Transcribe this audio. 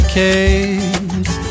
case